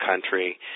country